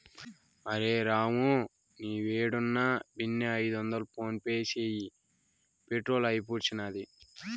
అరె రామూ, నీవేడున్నా బిన్నే ఐదొందలు ఫోన్పే చేయి, పెట్రోలు అయిపూడ్సినాది